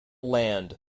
land